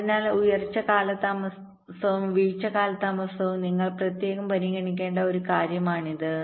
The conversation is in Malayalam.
അതിനാൽ ഉയർച്ച കാലതാമസവും വീഴ്ച കാലതാമസവും നിങ്ങൾ പ്രത്യേകം പരിഗണിക്കേണ്ട ഒരു കാര്യമാണിത്